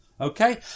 Okay